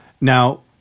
Now